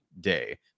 day